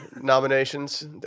nominations